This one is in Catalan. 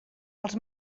els